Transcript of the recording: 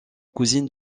cousine